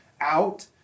out